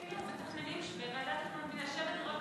כשהיינו מתכננים בוועדת תכנון ובנייה שבע דירות